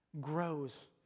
grows